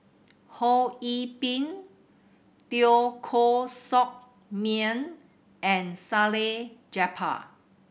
Ho Yee Ping Teo Koh Sock Miang and Salleh Japar